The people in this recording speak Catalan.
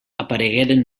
aparegueren